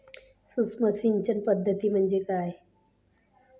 सूक्ष्म सिंचन पद्धती म्हणजे काय?